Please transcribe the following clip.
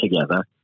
together